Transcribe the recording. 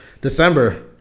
December